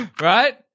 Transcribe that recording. Right